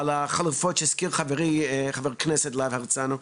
על החלופות שהזכיר חברי חבר הכנסת יוראי להב הרצנו?